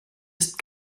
ist